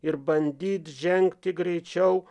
ir bandyt žengti greičiau